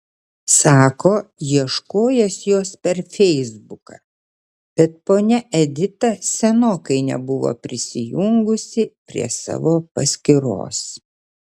sako ieškojęs jos per feisbuką bet ponia edita senokai nebuvo prisijungusi prie savo paskyros